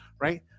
right